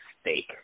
steak